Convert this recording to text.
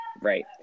Right